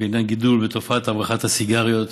בעניין הגידול בתופעת הברחת הסיגריות: